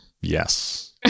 Yes